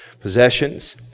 possessions